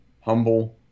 humble